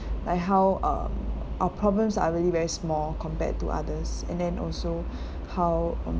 like how uh our problems are really very small compared to others and then also how